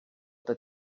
that